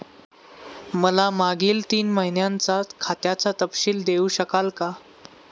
मला मागील तीन महिन्यांचा खात्याचा तपशील देऊ शकाल का?